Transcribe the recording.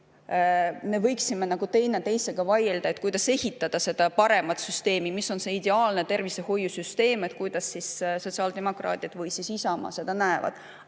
me võiksime teineteisega vaielda, kuidas ehitada seda paremat süsteemi, mis on see ideaalne tervishoiusüsteem, kuidas sotsiaaldemokraadid või Isamaa seda näevad,